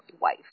wife